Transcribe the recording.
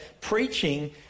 preaching